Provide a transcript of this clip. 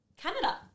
Canada